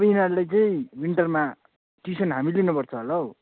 अब यिनीहरूले चाहिँ विन्टारमा टिउसन हामी लिन पर्छ होला हौ